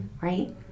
right